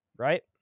Right